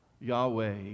Yahweh